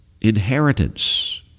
Inheritance